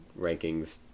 rankings